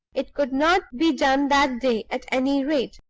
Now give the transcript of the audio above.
it could not be done that day, at any rate.